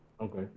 Okay